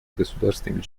государствами